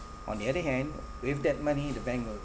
on the other hand with that money the bank will